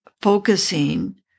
focusing